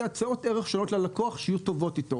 הצעות ערך שונות ללקוח שיהיו טובות איתו.